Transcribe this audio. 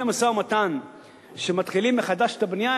המשא-ומתן כשמתחילים מחדש את הבנייה,